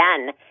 again